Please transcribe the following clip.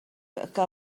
que